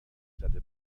زده